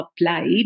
applied